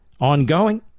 ongoing